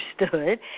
understood